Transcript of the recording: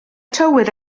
tywydd